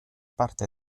parte